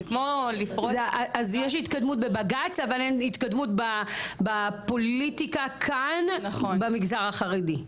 אז יש התקדמות בבג"צ אבל אין התקדמות בפוליטיקה כאן במגזר החרדי?